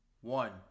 One